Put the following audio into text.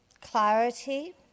clarity